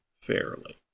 fairly